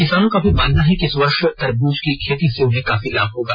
किसानों का भी मानना है कि इस वर्ष तरबूज की खेती से उन्हें काफी लाभ होगा